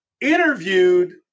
interviewed